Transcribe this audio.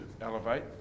elevate